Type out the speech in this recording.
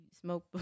smoke